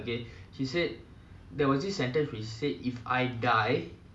go on and live a better life do something in my name